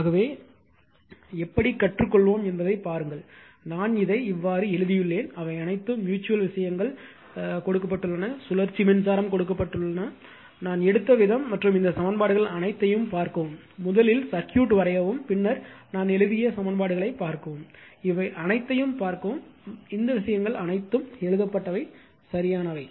ஆகவே எப்படிக் கற்று கொள்வோம் என்பதைப் பாருங்கள் நான் இதை எவ்வாறு எழுதியுள்ளேன் அவை அனைத்தும் ம்யூச்சுவல் விஷயங்கள் கொடுக்கப்பட்டுள்ளன சுழற்சி மின்சாரம் கொடுக்கப்பட்டுள்ளன நான் எடுத்த விதம் மற்றும் இந்த சமன்பாடுகள் அனைத்தையும் பார்க்கவும் முதலில் சர்க்யூட் வரையவும் பின்னர் நான் எழுதியுள்ள சமன்பாடுகளைப் பார்க்கவும் இவை அனைத்தையும் பார்க்கவும் இந்த விஷயங்கள் அனைத்தும் எழுதப்பட்டவை சரியானவை